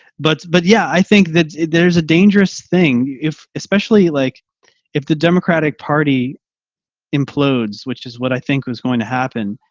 but but yeah, i think that there's a dangerous thing if especially like if the democratic party implodes, which is what i think is going to happen,